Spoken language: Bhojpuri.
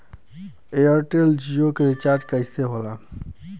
एयरटेल जीओ के रिचार्ज कैसे होला?